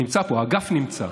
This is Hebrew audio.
שנמצא פה, האגף נמצא.